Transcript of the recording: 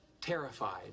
terrified